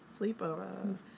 Sleepover